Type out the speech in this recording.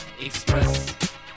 Express